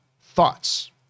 thoughts